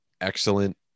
excellent